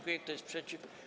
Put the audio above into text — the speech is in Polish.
Kto jest przeciw?